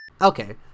Okay